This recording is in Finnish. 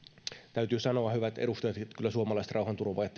täytyy sanoa hyvät edustajat että kyllä suomalaiset rauhanturvaajat